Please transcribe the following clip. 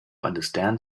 understand